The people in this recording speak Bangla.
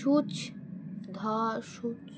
সুচ ধর সুচ